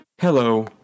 Hello